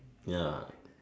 ya